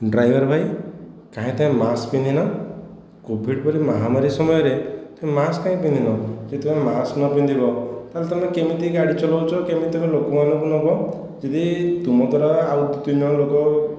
driver ଭାଇ କାହିଁ ତୁମେ ମାସ୍କ ପିନ୍ଧିନ କୋଭିଡ଼ ପରି ମହାମାରୀ ସମୟରେ ତୁମେ ମାସ୍କ କାହିଁ ପିନ୍ଧିନ ଯଦି ତୁମେ ମାସ୍କ ନପିନ୍ଧିବ ତା'ହେଲେ ତୁମେ କେମିତି ଗାଡ଼ି ଚଳାଉଛ କେମିତି ତୁମେ ଲୋକମାନଙ୍କୁ ନେବ ଯଦି ତୁମ ଦ୍ୱାରା ଆଉ ଦୁଇ ତିନି ଜଣ ଲୋକ